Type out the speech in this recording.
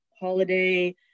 holiday